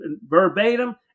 verbatim